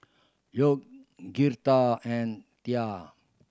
York Girtha and Tia